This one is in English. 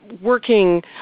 working